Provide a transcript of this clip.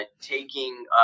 taking